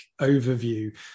overview